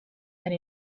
and